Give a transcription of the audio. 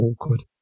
awkward